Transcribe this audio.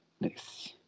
Nice